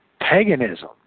paganism